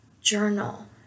journal